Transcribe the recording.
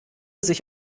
sich